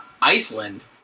Iceland